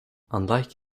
unlike